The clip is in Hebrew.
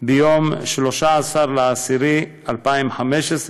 ביום 13 באוקטובר 2015,